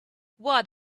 what